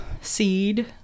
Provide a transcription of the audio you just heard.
seed